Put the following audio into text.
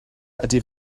ydy